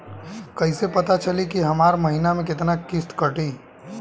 कईसे पता चली की हमार महीना में कितना किस्त कटी?